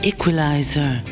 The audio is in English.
Equalizer